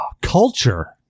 culture